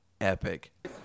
epic